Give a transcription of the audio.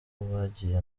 bagiye